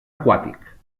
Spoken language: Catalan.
aquàtic